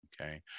okay